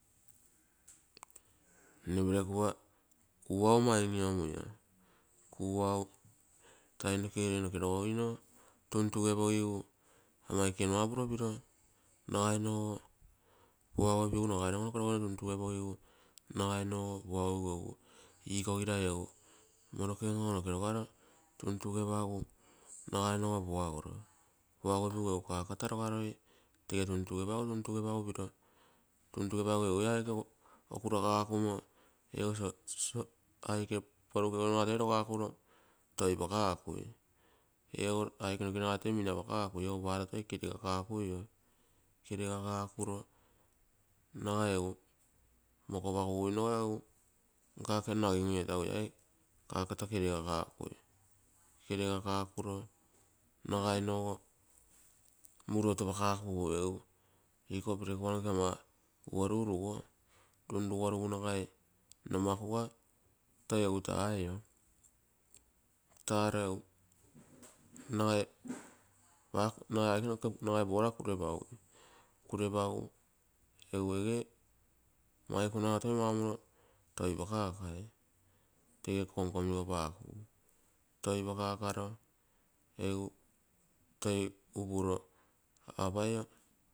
Nne perekupa kuau ama iniomui a kuau taim nokegere noke rogogino tuntugepogigu ama ekenuapuro piro, nagainogo puaguipigu nagainogo noke rogogino tuntugepogigu nagainogo puaguigu egu, ikogirai egu moroken ogo noke rogaro tuntugepagu nagainogo puaguro, puaguipigu egu kakata rogaroi, tege tuntugepagu, tuntugepagu piro, tuntugepagu egu ee aike. Okurakaakumo, ego aike porukeguinoga toi rogakuro toipakakui eego aike nagai tominapakakui, ego paaro nagai toi keregakakui, kenegakakuro nagai egu mokopa kakuguinoga egu nkakenno agigui ia legu lai kakata. Keregakakui, keregakuro nagainono go muruoto, egu iko perekupa iko ama woruu rugo, runrugorugu nagai numakuga toi egu taaio, taro egu nagai aike noke, nagai puara kurepagui, kurepagu egu ege maikuna gotoi maumoro toipakakai. Tege kong-kogigarakuga. Toipakakaro egu toi upuro egu apaio.